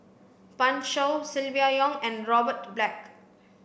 Pan Shou Silvia Yong and Robert Black